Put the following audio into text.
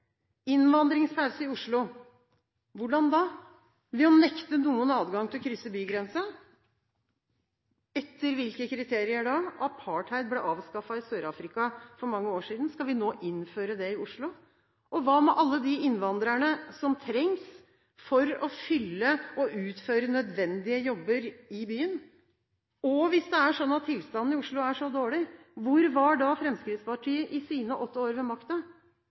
i Oslo» – hvordan da? Ved å nekte noen adgang til å krysse bygrensen? Etter hvilke kriterier da? Apartheid ble avskaffet i Sør-Afrika for mange år siden. Skal vi nå innføre det i Oslo? Og hva med alle de innvandrerne som trengs for å fylle og utføre nødvendige jobber i byen? Og hvis det er slik at tilstanden i Oslo er så dårlig, hvor var da Fremskrittspartiet i sine åtte år ved